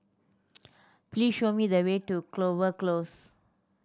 please show me the way to Clover Close